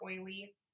oily